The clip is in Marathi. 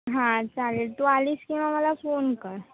हां चालेल तू आलीस की मग मला फोन कर